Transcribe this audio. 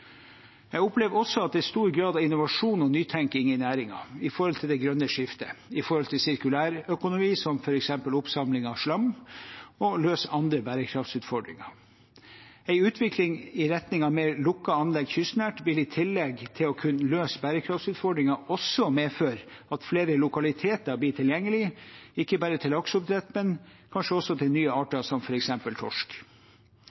Jeg opplever også stor grad av innovasjon og nytenking i næringen når det gjelder det grønne skiftet, sirkulærøkonomi, som f.eks. oppsamling av slam, og når det gjelder det å løse andre bærekraftutfordringer. En utvikling i retning av mer lukkede anlegg kystnært vil i tillegg til å kunne løse bærekraftutfordringer også medføre at flere lokaliteter blir tilgjengelig, ikke bare til lakseoppdrett, men kanskje også til nye